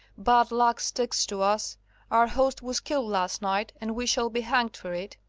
bad luck sticks to us our host was killed last night, and we shall be hanged for it.